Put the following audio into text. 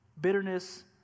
Bitterness